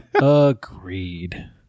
Agreed